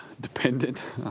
dependent